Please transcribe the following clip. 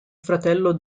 fratello